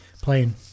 playing